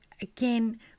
again